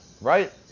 right